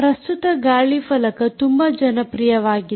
ಪ್ರಸ್ತುತ ಗಾಳಿಫಲಕ ಟ್ಯಾಗ್ ತುಂಬಾ ಜನಪ್ರಿಯವಾಗಿದೆ